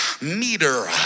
meter